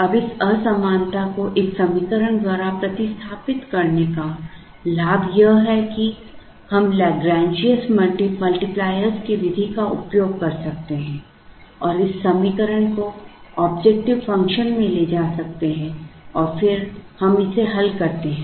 अब इस असमानता को एक समीकरण द्वारा प्रतिस्थापित करने का लाभ यह है कि हम लैग्रैन्जियन मल्टीप्लायरों की विधि का उपयोग कर सकते हैं और इस समीकरण को ऑब्जेक्टिव फंक्शन में ले जा सकते हैं और फिर हम इसे हल करते हैं